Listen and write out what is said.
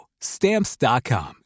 stamps.com